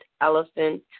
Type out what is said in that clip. Elephant